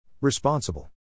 Responsible